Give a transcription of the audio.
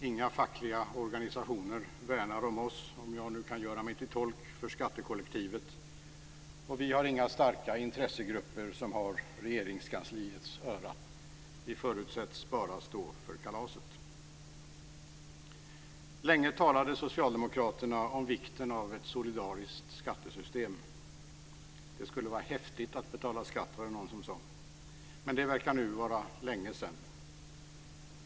Inga fackliga organisationer värnar om oss, om jag nu kan göra mig till tolk för skattekollektivet, och vi har inga starka intressegrupper som har Regeringskansliets öra. Vi förutsätts bara stå för kalaset. Länge talade socialdemokraterna om vikten av ett solidariskt skattesystem. Det skulle vara häftigt att betala skatt, var det någon som sade. Men det verkar nu vara länge sedan.